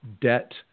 debt